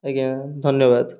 ଆଜ୍ଞା ଧନ୍ୟବାଦ